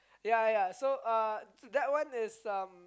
ya ya so uh that one is um